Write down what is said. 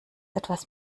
etwas